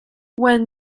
when